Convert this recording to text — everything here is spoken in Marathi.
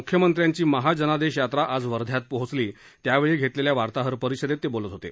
मुख्यमंत्र्यांची महाजनादेश यात्रा आज वध्यात पोहोचली त्यावेळी घेतलेल्या वार्ताहरपरिषदेत ते बोलत होते